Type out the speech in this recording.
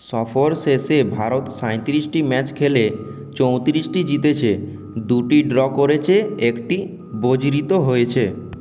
সফর শেষে ভারত সাঁইত্রিশটি ম্যাচ খেলে চৌত্রিশটি জিতেছে দুটিতে ড্র করেছে একটি বর্জিত হয়েছে